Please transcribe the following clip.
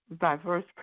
diverse